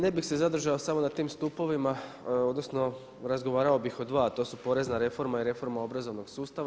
Ne bih se zadržao samo na tim stupovima, odnosno razgovarao bih o dva a to su porezna reforma i reforma obrazovnog sustava.